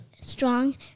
strong